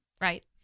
right